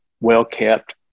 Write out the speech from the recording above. well-kept